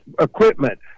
equipment